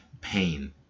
pain